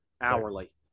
hourly